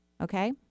Okay